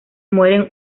mueren